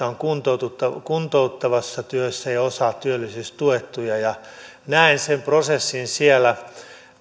on kuntouttavassa työssä ja osa työllisyystuettuja ja näen sen prosessin siellä